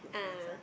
ah